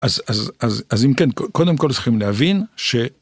אז אם כן, קודם כל צריכים להבין ש...